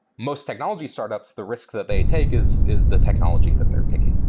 most technology startups, the risk that they take is is the technology that they're picking.